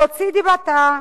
להוציא דיבתה,